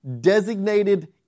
designated